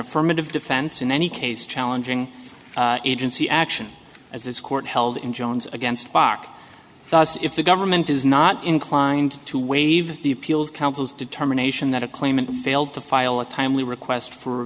affirmative defense in any case challenging agency action as this court held in jones against bok if the government is not inclined to waive the appeals council's determination that a claimant failed to file a timely request for